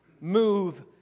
move